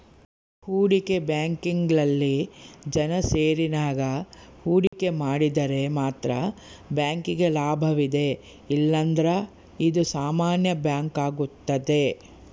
ಹೂಡಿಕೆ ಬ್ಯಾಂಕಿಂಗ್ನಲ್ಲಿ ಜನ ಷೇರಿನಾಗ ಹೂಡಿಕೆ ಮಾಡಿದರೆ ಮಾತ್ರ ಬ್ಯಾಂಕಿಗೆ ಲಾಭವಿದೆ ಇಲ್ಲಂದ್ರ ಇದು ಸಾಮಾನ್ಯ ಬ್ಯಾಂಕಾಗುತ್ತದೆ